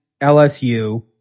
LSU